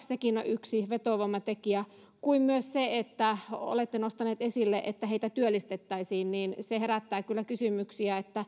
sekin on yksi vetovoimatekijä kuin myös siitä että olette nostaneet esille sen että heitä työllistettäisiin se herättää kyllä kysymyksiä